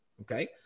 Okay